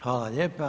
Hvala lijepo.